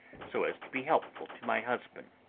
so as to be helpful to my husband.